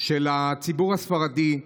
של הציבור הספרדי,